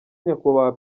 nyakubahwa